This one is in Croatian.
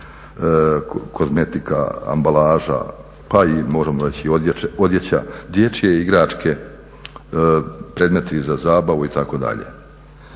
kozmetika, ambalaža, pa i možemo reći odjeća, dječje igračke, predmeti za zabavu itd.